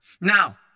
Now